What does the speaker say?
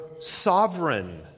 sovereign